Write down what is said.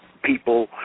People